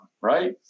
right